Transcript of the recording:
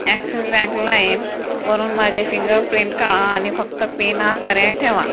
axis bank लाईमवरून माझे fingerprint काढा आणि फक्त पिन हा पर्याय ठेवा